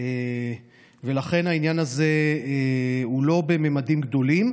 לכן העניין הזה לא בממדים גדולים.